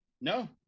No